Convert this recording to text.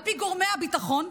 על פי גורמי הביטחון,